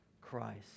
Christ